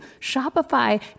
Shopify